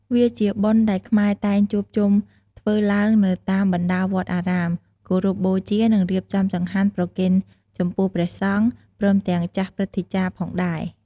វាជាបុណ្យដែលខ្មែរតែងជួបជុំធ្វើឡើងនៅតាមបណ្ដាវត្តអារាម គោរពបូជានិងរៀបចំចង្ហាន់ប្រគេនចំពោះព្រះសង្ឃ ព្រមទាំងចាស់ព្រឹទ្ទាចារ្យផងដែរ។